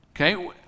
Okay